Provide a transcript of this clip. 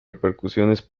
repercusiones